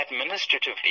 administratively